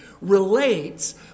relates